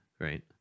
right